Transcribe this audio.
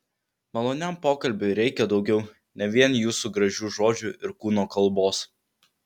maloniam pokalbiui reikia daugiau ne vien jūsų gražių žodžių ir kūno kalbos